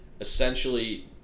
essentially